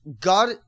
God